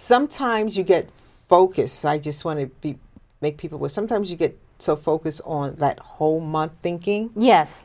sometimes you get focused so i just want to make people who are sometimes you get so focused on that whole month thinking yes